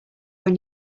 when